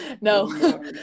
no